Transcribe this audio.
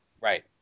Right